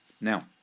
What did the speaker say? Now